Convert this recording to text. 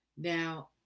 Now